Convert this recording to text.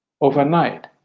overnight